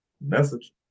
message